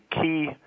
key